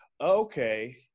okay